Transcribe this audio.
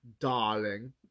Darling